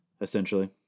essentially